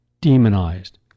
demonized